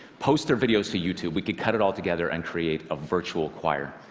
post their videos to youtube, we could cut it all together and create a virtual choir.